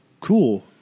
cool